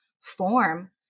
form